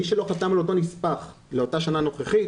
מי שלא חתם על אותו נספח לאותה שנה נוכחית,